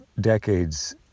decades